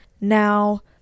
Now